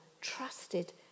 trusted